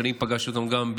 שגם אני פגשתי אותם בזמנו,